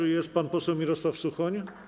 Czy jest pan poseł Mirosław Suchoń?